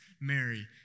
Mary